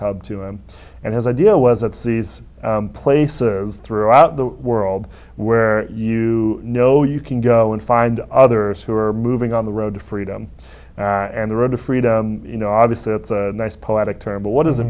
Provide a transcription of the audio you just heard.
hub to him and his idea was that these places throughout the world where you know you can go and find others who are moving on the road to freedom and the road to freedom you know obviously it's a nice poetic term but what does it